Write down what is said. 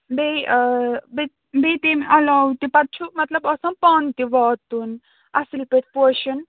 بیٚیہِ ٲں بیٚیہِ تَمہِ علاوٕ تہِ پَتہٕ چھُ مطلب آسان پانہٕ تہِ واتُن اصٕل پٲٹھۍ پوشَن